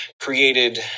created